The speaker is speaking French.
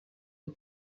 des